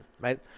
right